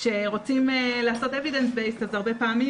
כשרוצים לעשות evidence based אז הרבה פעמים